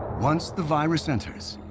once the virus enters,